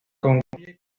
concluye